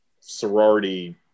sorority